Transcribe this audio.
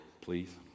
please